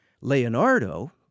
Leonardo